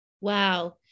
Wow